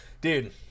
Dude